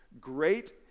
Great